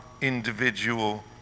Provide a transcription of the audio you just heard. individual